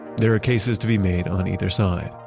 there are cases to be made on either side.